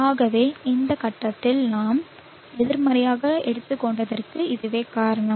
ஆகவே இந்த கட்டத்தில் நான் எதிர்மறையாக எடுத்துக்கொண்டதற்கு இதுவே காரணம்